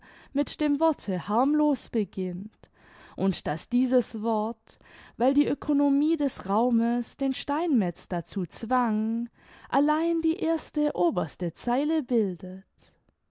mit dem worte harmlos beginnt und daß dieses wort weil die oeconomie des raumes den steinmetz dazu zwang allein die erste oberste zeile bildet